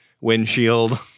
windshield